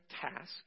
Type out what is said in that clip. task